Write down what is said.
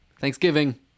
Thanksgiving